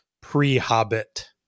pre-Hobbit